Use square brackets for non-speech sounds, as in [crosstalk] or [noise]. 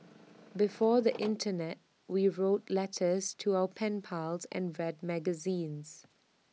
before the [noise] Internet we wrote letters to our pen pals and read magazines